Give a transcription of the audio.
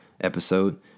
episode